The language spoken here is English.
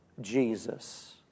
Jesus